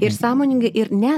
ir sąmoningai ir ne